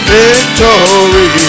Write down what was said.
victory